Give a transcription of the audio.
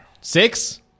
Six